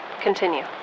Continue